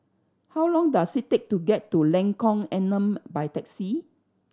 how long does it take to get to Lengkong Enam by taxi